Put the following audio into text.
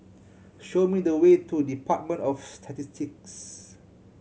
show me the way to Department of Statistics